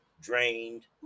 drained